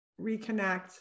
reconnect